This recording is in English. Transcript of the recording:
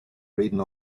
reading